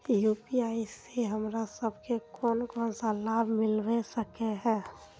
UPI से हमरा सब के कोन कोन सा लाभ मिलबे सके है?